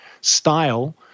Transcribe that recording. style